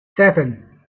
seven